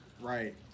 right